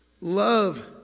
Love